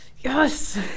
Yes